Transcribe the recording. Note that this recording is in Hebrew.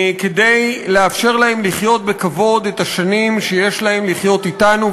כדי לאפשר להם לחיות בכבוד את השנים שיש להם לחיות אתנו,